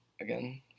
again